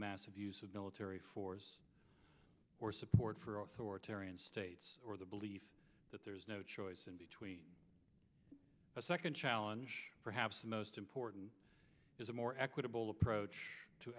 massive use of military force or support for authoritarian states or the belief that there is no choice in between a second challenge perhaps the most important is a more equitable approach to